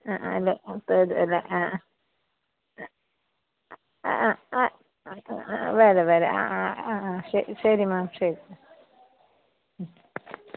ആ അല്ല ആ ആ വരാം വരാം ആ ശരി മാം ശരി